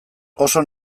oso